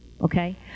Okay